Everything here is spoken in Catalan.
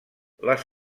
les